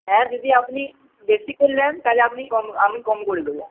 হ্যাঁ দিদি আপনি বেশি করে নিন তাহলে আপনি কম আমি কম করে দেবো